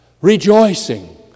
rejoicing